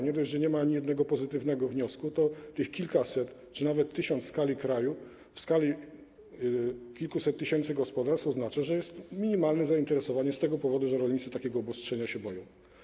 Nie dość, że nie ma ani jednego pozytywnego wniosku, to tych kilkaset czy nawet tysiąc w skali kraju, w skali kilkuset tysięcy gospodarstw, oznacza, że jest minimalne zainteresowanie z tego powodu, że rolnicy takiego obostrzenia się boją.